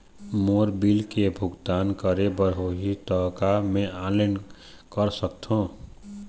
मोर बिल के भुगतान करे बर होही ता का मैं ऑनलाइन कर सकथों?